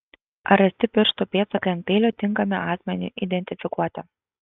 ar rasti pirštų pėdsakai ant peilio tinkami asmeniui identifikuoti